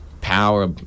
power